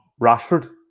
Rashford